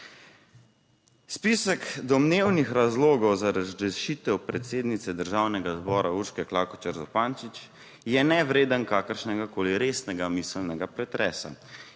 Spisek domnevnih razlogov za razrešitev predsednice državnega zbora Urške Klakočar Zupančič je nevreden kakršnegakoli resnega miselnega pretresa.